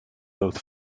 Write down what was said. both